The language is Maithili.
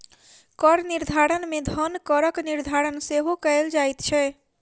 कर निर्धारण मे धन करक निर्धारण सेहो कयल जाइत छै